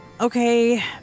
Okay